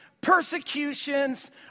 persecutions